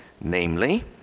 namely